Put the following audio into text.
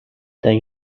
the